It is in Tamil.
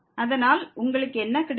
அதனால் உங்களுக்கு என்ன கிடைக்கும்